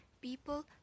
people